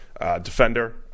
defender